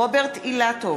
רוברט אילטוב,